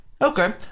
okay